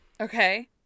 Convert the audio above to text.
Okay